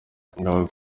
avuga